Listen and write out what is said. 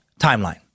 Timeline